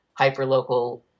hyperlocal